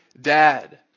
dad